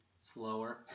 Slower